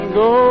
go